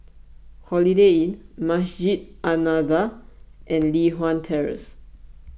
Holiday Inn Masjid An Nahdhah and Li Hwan Terrace